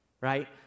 right